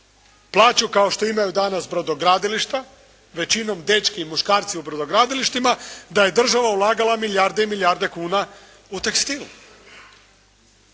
imale kao što imaju danas brodogradilišta, većinom dečki i muškarci u brodogradilištima da je država ulagala milijarde i milijarde kuna u tekstil.